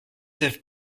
neuf